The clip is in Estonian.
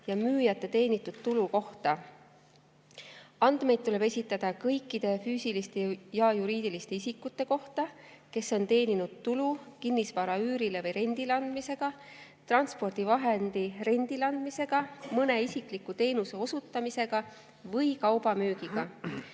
ja müüjate teenitud tulu kohta. Andmeid tuleb esitada kõikide füüsiliste ja juriidiliste isikute kohta, kes on teeninud tulu kinnisvara üürile või rendile andmisega, transpordivahendi rendile andmisega, mõne isikliku teenuse osutamisega või kauba müügiga.